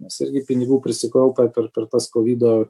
nes irgi pinigų prisikaupę per per tas kovido